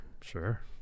Sure